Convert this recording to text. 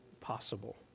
possible